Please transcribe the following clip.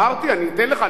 אני אתן לך,